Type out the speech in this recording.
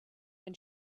when